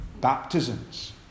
baptisms